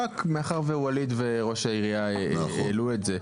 מאחר שווליד וראש העירייה העלו את זה,